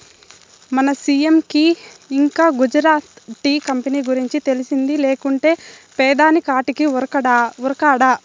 మన సీ.ఎం కి ఇంకా గుజరాత్ టీ కంపెనీ గురించి తెలిసింది లేకుంటే పెదాని కాడికి ఉరకడా